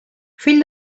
fill